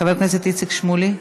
חבר הכנסת איציק שמולי,